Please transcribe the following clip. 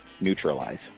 neutralize